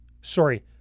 Sorry